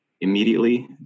immediately